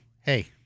hey